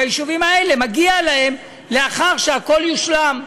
והיישובים האלה מגיע להם לאחר שהכול יושלם.